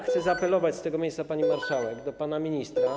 Chcę zaapelować z tego miejsca, pani marszałek, do pana ministra.